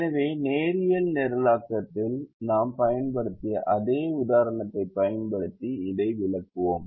எனவே நேரியல் நிரலாக்கத்தில் நாம் பயன்படுத்திய அதே உதாரணத்தைப் பயன்படுத்தி இதை விளக்குவோம்